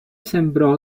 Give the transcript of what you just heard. sembrò